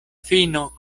fino